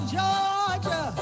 Georgia